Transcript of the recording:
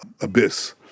abyss